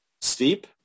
steep